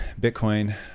Bitcoin